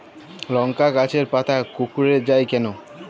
লংকা গাছের পাতা কুকড়ে যায় কেনো?